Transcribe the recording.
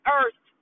earth